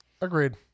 Agreed